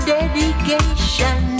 dedication